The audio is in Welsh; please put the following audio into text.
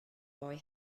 roi